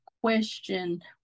question